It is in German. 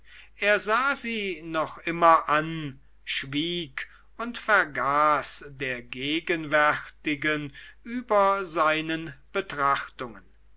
er sah sie noch immer an schwieg und vergaß der gegenwärtigen über seinen betrachtungen